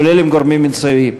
כולל עם גורמים מקצועיים,